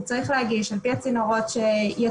הוא צריך להגיש - על פי הצינורות שיצרנו